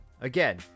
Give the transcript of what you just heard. Again